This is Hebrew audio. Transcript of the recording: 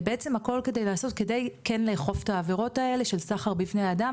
בעצם הכול כדי לעשות כדי כן לאכוף את העבירות האלה של סחר בבני אדם,